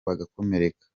bagakomereka